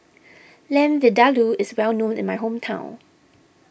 Lamb Vindaloo is well known in my hometown